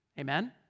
Amen